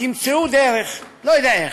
תמצאו דרך, לא יודע איך.